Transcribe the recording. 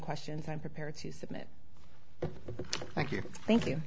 questions i'm prepared to submit a thank you thank you